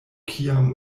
kiam